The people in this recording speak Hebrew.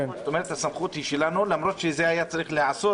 זאת אומרת שהסמכות היא שלנו למרות שזה היה צריך להיעשות,